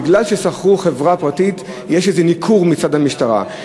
מכיוון ששכרו חברה יש איזה ניכור מצד המשטרה.